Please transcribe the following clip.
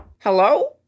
Hello